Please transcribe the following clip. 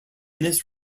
this